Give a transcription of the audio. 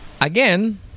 again